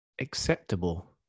acceptable